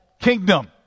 kingdom